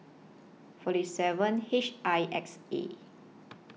forty seven H I X A